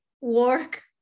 work